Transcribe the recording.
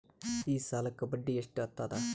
ಈ ಸಾಲಕ್ಕ ಬಡ್ಡಿ ಎಷ್ಟ ಹತ್ತದ?